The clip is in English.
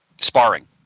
sparring